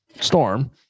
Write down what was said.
storm